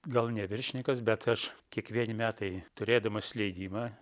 gal ne viršininkas bet aš kiekvieni metai turėdamas leidimą